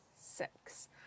Six